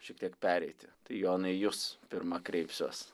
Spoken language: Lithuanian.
šiek tiek pereiti tai jonai į jus pirma kreipsiuos